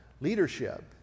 leadership